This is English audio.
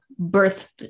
Birth